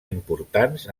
importants